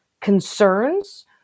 concerns